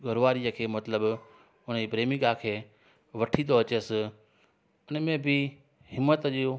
घरवारीअ खे मतिलब उनजी प्रेमिका खे वठी थो अचेसि उनमें बि हिमत जो